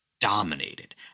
dominated